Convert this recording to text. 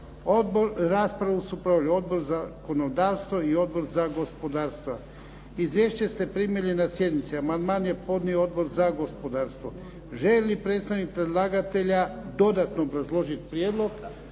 164. Raspravu su proveli Odbor za zakonodavstvo i Odbor za gospodarstvo. Izvješća ste primili na sjednici. Amandman je podnio Odbor za gospodarstvo. Želi li predstavnik predlagatelja dodatno obrazložiti prijedlog?